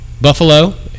Buffalo